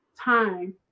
time